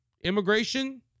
immigration